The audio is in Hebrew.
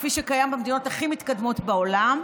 כפי שקיים במדינות הכי מתקדמות בעולם,